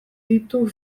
ditu